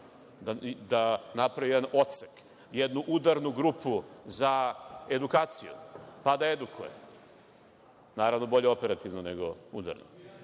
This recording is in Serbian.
da napravi jedan odsek, jednu udarnu grupu za edukaciju, pa da edukuje. Naravno, bolje operativno, nego udarno.Zašto